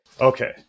Okay